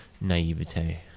naivete